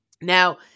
Now